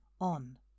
on